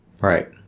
Right